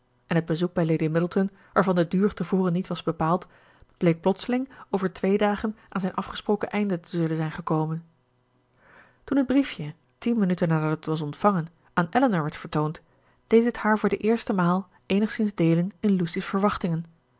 en het bezoek bij lady middleton waarvan de duur te voren niet was bepaald bleek plotseling over twee dagen aan zijn afgesproken einde te zullen zijn gekomen toen het briefje tien minuten nadat het was ontvangen aan elinor werd vertoond deed het haar voor de eerste maal eenigszins deelen in lucy's verwachtingen